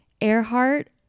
Earhart